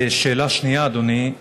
שאלה שנייה, אדוני,